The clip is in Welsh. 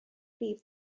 prif